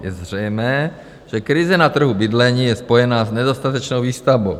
Je zřejmé, že krize na trhu bydlení je spojená s nedostatečnou výstavbou.